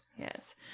Yes